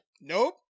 nope